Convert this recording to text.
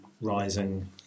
rising